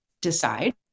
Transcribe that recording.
decide